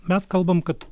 mes kalbam kad